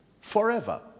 forever